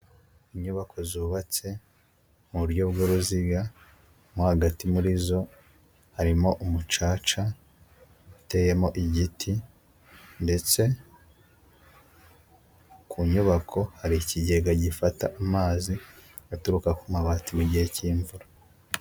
Inyubako zubatse mu buryo bw'uruziga, mo hagati muri zo harimo umucaca uteyemo igiti, ndetse ku nyubako hari ikigega gifata amazi aturuka ku mabati, mu gihe cy'imvura.